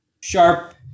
sharp